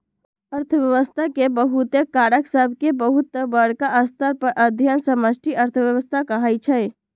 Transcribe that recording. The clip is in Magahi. अर्थव्यवस्था के बहुते कारक सभके बहुत बरका स्तर पर अध्ययन समष्टि अर्थशास्त्र कहाइ छै